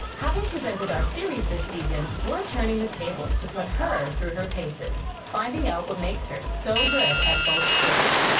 having presented our series this season, we're turning the tables to put her through her paces, finding out what makes her so good at both sports.